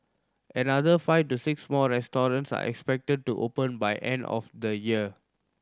another five to six more restaurants are expected to open by end of the year